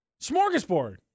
smorgasbord